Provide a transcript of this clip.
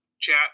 chat